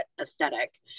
aesthetic